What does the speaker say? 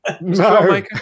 No